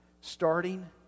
starting